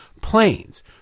planes